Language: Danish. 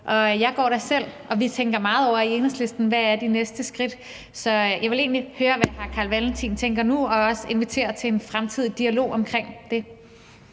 og tænker over, og det tænker vi meget over i Enhedslisten, hvad de næste skridt er. Så jeg vil egentlig høre, hvad hr. Carl Valentin tænker nu, og også invitere til en fremtidig dialog om det.